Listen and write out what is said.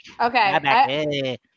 Okay